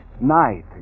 Night